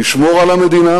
נשמור על המדינה